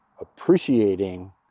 appreciating